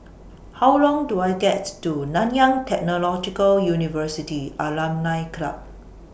How Long Do I get to Nanyang Technological University Alumni Club